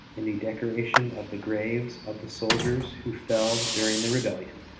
in the decoration of the graves of the soldiers who fell during the rebellion.